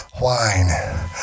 wine